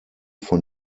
von